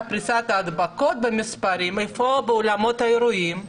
פריסת ההדבקות במספרים: באולמות האירועים,